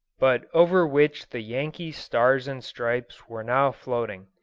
but over which the yankee stars and stripes were now floating.